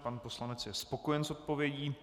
Pan poslanec je spokojen s odpovědí.